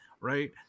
Right